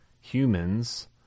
humans